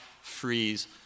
freeze